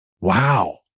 Wow